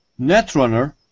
Netrunner